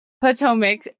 Potomac